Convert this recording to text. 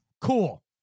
Cool